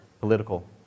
political